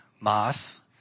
Mass